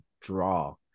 draw